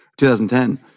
2010